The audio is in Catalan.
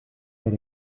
per